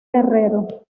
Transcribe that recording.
guerrero